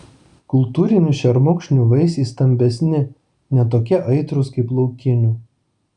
kultūrinių šermukšnių vaisiai stambesni ne tokie aitrūs kaip laukinių